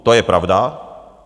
To je pravda.